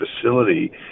facility